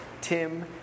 Tim